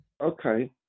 okay